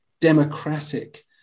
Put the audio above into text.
democratic